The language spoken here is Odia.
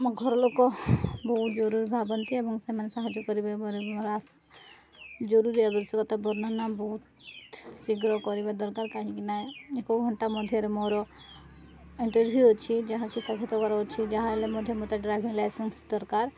ମୋ ଘରଲୋକ ବହୁତ ଜରୁରୀ ଭାବନ୍ତି ଏବଂ ସେମାନେ ସାହାଯ୍ୟ କରିବେ ବୋଲି ମୋର ଆଶା ଜରୁରୀ ଆବଶ୍ୟକତା ବର୍ଣ୍ଣନା ବହୁତ ଶୀଘ୍ର କରିବା ଦରକାର କାହିଁକିନା ଏକ ଘଣ୍ଟା ମଧ୍ୟରେ ମୋର ଇଣ୍ଟରଭିୟୁ ଅଛି ଯାହାକି ସାକ୍ଷତକାର ଅଛି ଯାହା ହେଲେ ମଧ୍ୟ ମୋତେ ଡ୍ରାଇଭିଂ ଲାଇସେନ୍ସ ଦରକାର